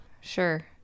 Sure